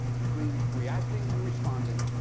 between reacting and responding,